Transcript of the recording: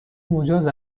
مجاز